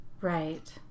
Right